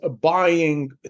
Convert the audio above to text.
buying